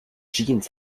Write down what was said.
jeans